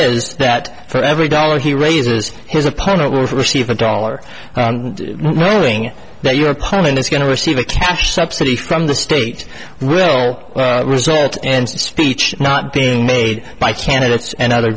is that for every dollar he raises his opponent will receive a dollar writing that your opponent is going to receive a cash subsidy from the state will result and speech not being made by candidates and other